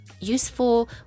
useful